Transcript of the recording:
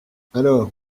alors